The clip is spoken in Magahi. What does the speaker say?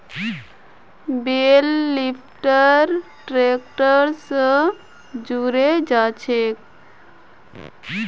बेल लिफ्टर ट्रैक्टर स जुड़े जाछेक